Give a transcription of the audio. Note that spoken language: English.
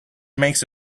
makes